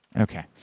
okay